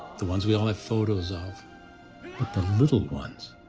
the ones we all have photos of. but the little ones.